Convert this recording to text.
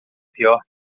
pior